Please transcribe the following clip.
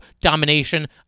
domination